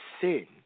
sin